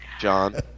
John